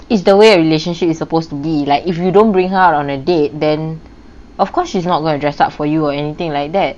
it's the way a relationship is supposed to be like if you don't bring her out on a date then of course she's not going to dress up for you or anything like that